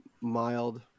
Mild